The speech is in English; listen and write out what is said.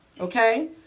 Okay